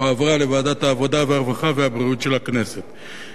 והועברה לוועדת העבודה, הרווחה והבריאות של הכנסת.